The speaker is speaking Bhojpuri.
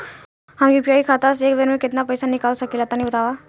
हम यू.पी.आई खाता से एक बेर म केतना पइसा निकाल सकिला तनि बतावा?